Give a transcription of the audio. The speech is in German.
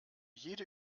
jede